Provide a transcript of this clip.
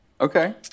Okay